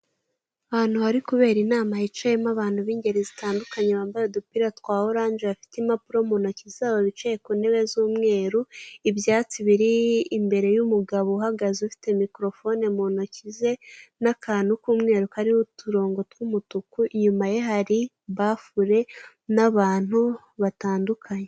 Ahantu hari kubera inama hicayemo abantu b'ingeri zitandukanye bambaye udupira twa oranje, bafite impapuro z'umweru mu ntoki zabo. Imbere yabo hari ibyatsi ndetse n'umugabo ubahagaze imbere, ufite mikoro ndetse inyuma ye hari bafure isohora amajwi.